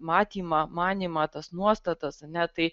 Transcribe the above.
matymą manymą tas nuostatas a ne tai